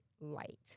light